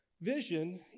Vision